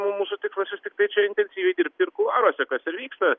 mūsų tikslas vis tiktai čia intensyviai dirbti ir kuluaruose kas ir vyksta